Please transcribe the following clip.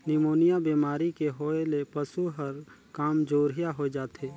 pneumonia बेमारी के होय ले पसु हर कामजोरिहा होय जाथे